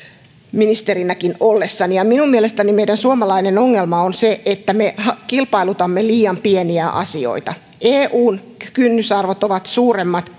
ministerinäkin ollessani ja minun mielestäni meidän suomalainen ongelma on se että me kilpailutamme liian pieniä asioita eun kynnysarvot ovat suuremmat